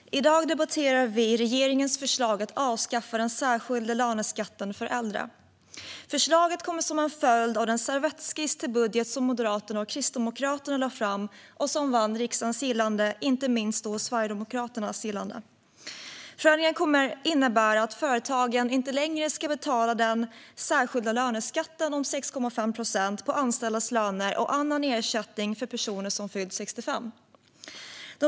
Fru talman! I dag debatterar vi regeringens förslag att avskaffa den särskilda löneskatten för äldre. Förslaget kommer som en följd av den servettskiss till budget som Moderaterna och Kristdemokraterna lade fram och som vann riksdagens gillande, och då inte minst Sverigedemokraternas gillande. Förändringen kommer att innebära att företagen inte längre ska betala den särskilda löneskatten om 6,5 procent på anställdas löner och annan ersättning för personer som fyllt 65 år.